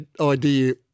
idea –